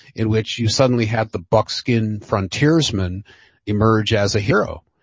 in which you suddenly had the buckskin frontiersmen emerge as a hero.